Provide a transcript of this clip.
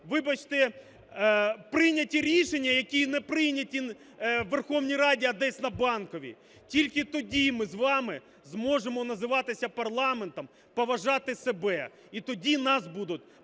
вибачте, прийняті рішення, які не прийняті у Верховній Раді, а десь на Банковій, тільки тоді ми з вами зможемо називатися парламентом, поважати себе, і тоді нас будуть